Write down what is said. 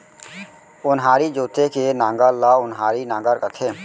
ओन्हारी जोते के नांगर ल ओन्हारी नांगर कथें